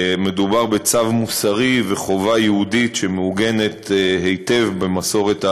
מדובר בצו מוסרי ובחובה יהודית שמעוגנת היטב במסורת ההלכה.